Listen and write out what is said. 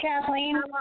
Kathleen